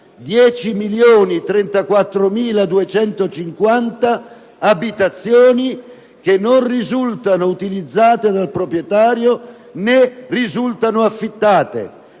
10.034.250 abitazioni che non risultano utilizzate dal proprietario, né affittate.